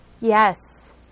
Yes